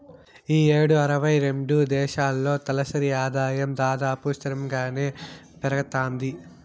ఈ యేడు అరవై రెండు దేశాల్లో తలసరి ఆదాయం దాదాపు స్తిరంగానే పెరగతాంది